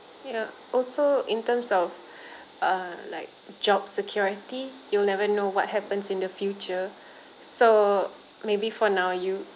ya also in terms of uh like job security you'll never know what happens in the future so maybe for now you